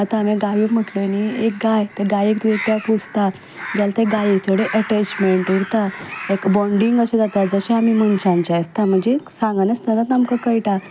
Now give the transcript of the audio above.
आतां हांवें गायो म्हणल्यो न्हय एक गाय त्या गायेक तूं एकदां पोसता जाल्यार त्या गाये कडेन एटेचमेंट उरता एक बॉंडिंग अशें जाता जशें आमी मनशाचें आसता म्हणजे सांगनासतना आमकां कळटा